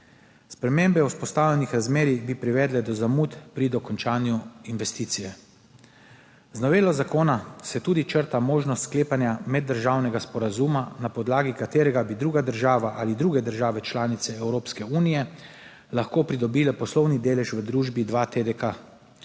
Spremembe v vzpostavljenih razmerjih bi privedle do zamud pri dokončanju investicije. Z novelo zakona se črta tudi možnost sklepanja meddržavnega sporazuma, na podlagi katerega bi druga država ali druge države članice Evropske unije lahko pridobile poslovni delež v družbi 2TDK.